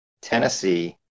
Tennessee